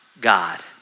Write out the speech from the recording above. God